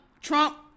Trump